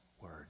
Word